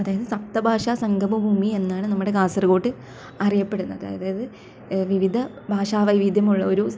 അതായത് സപ്തഭാഷാസംഗമഭൂമി എന്നാണ് നമ്മുടെ കാസർഗോട് അറിയപ്പെടുന്നത് അതായത് വിവിധ ഭാഷാവൈവിധ്യമുള്ളൊരു